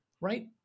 Right